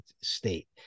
state